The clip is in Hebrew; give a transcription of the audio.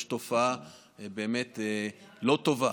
יש תופעה באמת לא טובה